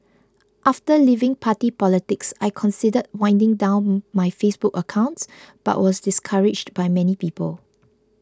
after leaving party politics I considered winding down my Facebook accounts but was discouraged by many people